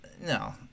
no